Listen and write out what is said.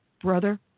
brother